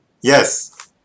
Yes